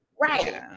Right